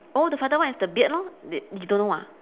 oh the father one is the beard lor d~ you don't know ah